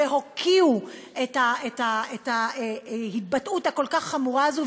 והוקיעו את ההתבטאות הכל-כך חמורה הזאת,